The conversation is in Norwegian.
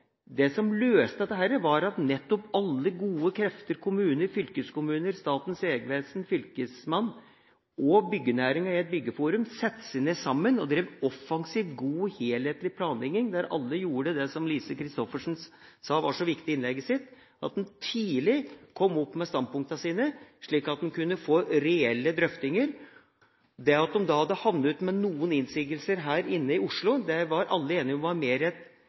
Det som løste dette, var at alle gode krefter – kommuner, fylkeskommuner, Statens vegvesen, fylkesmannen og byggenæringa i et byggeforum – satte seg ned sammen og drev offensiv, god og helhetlig planlegging, der alle gjorde det som Lise Christoffersen sa var så viktig i innlegget sitt, at man tidlig kom opp med standpunktene sine, slik at man kunne få reelle drøftinger. At det hadde endt opp med noen innsigelser i Oslo, var alle enige om var